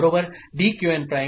Qn' D